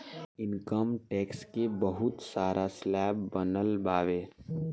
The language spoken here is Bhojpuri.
इनकम टैक्स के बहुत सारा स्लैब बनल बावे